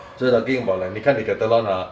只能硬硬跑 lor : Decathlon ah